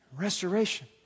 restoration